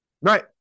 right